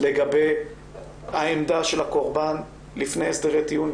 לגבי העמדה של הקורבן לפני הסדרי טיעון,